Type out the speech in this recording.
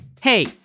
Hey